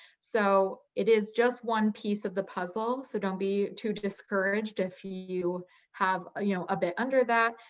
so it is just one piece of the puzzle. so don't be too discouraged if you you have you know a bit under that.